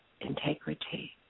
integrity